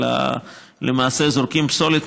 אלא למעשה זורקים פסולת,